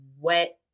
wet